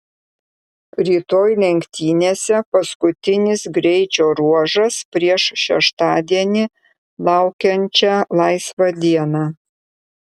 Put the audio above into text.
rytoj lenktynėse paskutinis greičio ruožas prieš šeštadienį laukiančią laisvą dieną